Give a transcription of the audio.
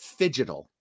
fidgetal